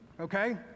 okay